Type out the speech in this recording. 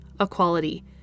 equality